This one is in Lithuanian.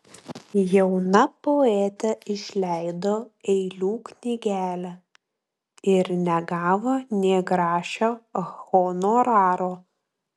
jauna poetė išleido eilių knygelę ir negavo nė grašio honoraro